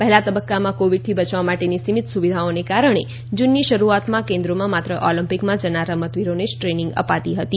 પહેલા તબક્કામાં કોવિડથી બયવા માટેની સીમીત સુવિધાઓને કારણે જૂનની શરૂઆતમાં કેન્દ્રોમાં માત્ર ઓલ્મ્પિકમાં જનાર રમતવીરોને જ ટ્રેનિંગ અપાતી હતી